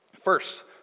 First